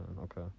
okay